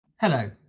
Hello